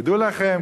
תדעו לכם,